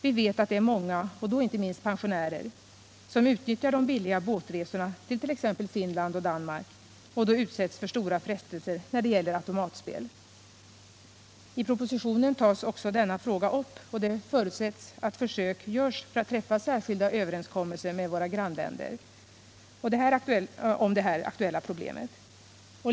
Vi vet att det är många — och då inte minst pensionärer — som utnyttjar de billiga båtresorna till exempelvis Finland och Danmark och därvid utsätts för stora frestelser när det gäller automatspel. I propositionen tas också denna fråga upp, och det förutsätts att försök görs för att träffa särskilda överenskommelser med våra grannländer om det här aktuella problemet.